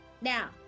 Now